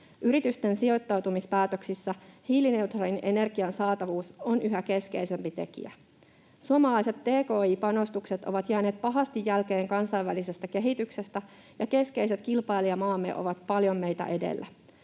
Yritysten sijoittautumispäätöksissä hiilineutraalin energian saatavuus on yhä keskeisempi tekijä. Suomalaiset tki-panostukset ovat jääneet pahasti jälkeen kansainvälisestä kehityksestä, ja keskeiset kilpailijamaamme ovat paljon meitä edellä.